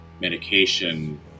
medication